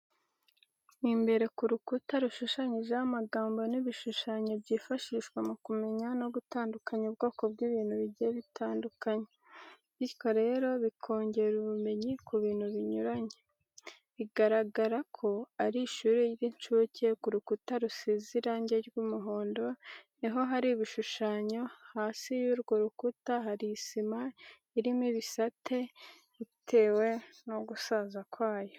Ni imbere ku rukuta rushushanyijeho amagambo n'ibishushanyo byifashishwa mu kumenya no gutandukanya ubwoko bw'ibintu bigiye bitandukanye, bityo rero bikongera ubumenyi ku bintu binyuranye. Bigaragara ko ari mu ishuri ry'incuke, ku rukuta rusize irange ry'umuhondo niho hari ibishushanyo, hasi y'urwo rukuta hari isima irimo ibisate bitewe no gusaza kwayo.